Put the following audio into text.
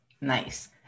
nice